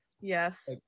Yes